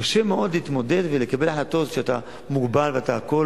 קשה מאוד להתמודד ולקבל החלטות כשאתה מוגבל והכול